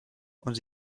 und